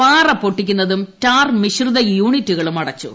പാറ പൊട്ടിക്കുന്നതും ടാർ മിശ്രിത യൂണിറ്റുകളും അടച്ചു